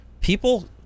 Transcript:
people